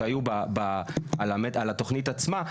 שהיו על התוכנית עצמה,